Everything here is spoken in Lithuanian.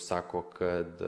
sako kad